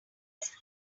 desk